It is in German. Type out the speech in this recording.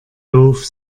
doof